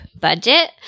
budget